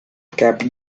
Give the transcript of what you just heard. kept